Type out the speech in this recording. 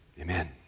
Amen